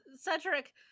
Cedric